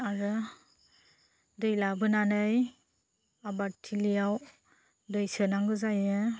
आरो दै लाबोनानै आबाद थिलियाव दै सोनांगौ जायो